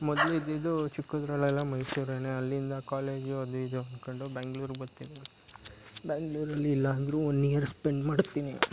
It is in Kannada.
ಮೊದ್ಲು ಇದ್ದಿದ್ದು ಚಿಕ್ಕದ್ರಲ್ಲೆಲ್ಲ ಮೈಸೂರೇ ಅಲ್ಲಿಂದ ಕಾಲೇಜು ಅದು ಇದು ಅನ್ಕೊಂಡು ಬೆಂಗ್ಳೂರಿಗೆ ಬತ್ತೀನಿ ಬೆಂಗ್ಳೂರಲ್ಲಿ ಇಲ್ಲ ಅಂದ್ರೂ ಒನ್ ಇಯರ್ ಸ್ಪೆಂಡ್ ಮಾಡ್ತೀನಿ